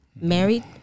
Married